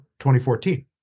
2014